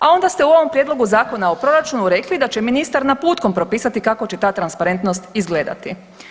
A onda ste u ovom prijedlogu Zakona o proračunu rekli da će ministar naputkom propisati kako će ta transparentnost izgledati.